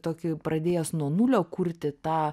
tokį pradėjęs nuo nulio kurti tą